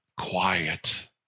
quiet